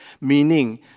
meaning